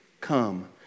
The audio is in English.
come